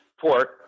port